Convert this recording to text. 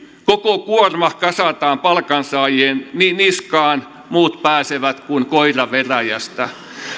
koko kuorma kasataan palkansaajien niskaan muut pääsevät kuin koira veräjästä